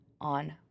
on